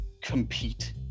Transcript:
compete